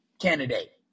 candidate